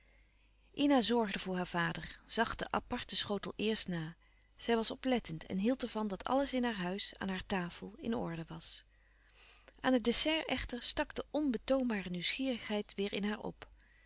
ina zorgde voor haar vader zag de aparte schotel eerst na zij was oplettend en hield er van dat alles in haar huis aan haar tafel in orde was aan het dessert echter stak de onbetoombare nieuwsgierigheid weêr in haar op